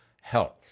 health